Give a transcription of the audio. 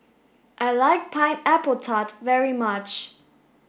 I like pineapple tart very much